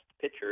pitcher